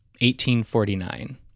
1849